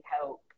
help